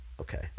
Okay